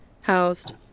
housed